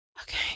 Okay